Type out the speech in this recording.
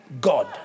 God